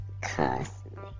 Constantly